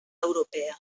europea